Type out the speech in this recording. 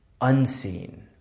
unseen